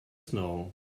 snow